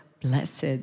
blessed